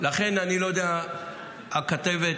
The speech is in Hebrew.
לכן אני לא יודע למה הכתבת,